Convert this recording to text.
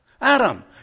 Adam